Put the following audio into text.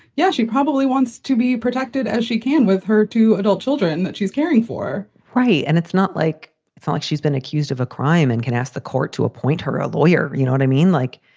yeah, she probably wants to be protected as she can with her two adult children she's caring for right. and it's not like it's like she's been accused of a crime and can ask the court to appoint her a lawyer. you know what i mean? like,